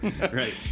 Right